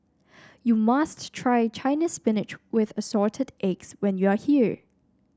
you must try Chinese Spinach with Assorted Eggs when you are here